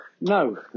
No